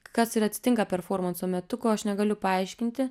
kas ir atsitinka performanso metu ko aš negaliu paaiškinti